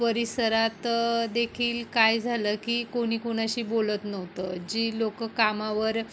परिसरात देखील काय झालं की कोणी कोणाशी बोलत नव्हतं जी लोकं कामावर